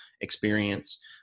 experience